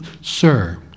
sir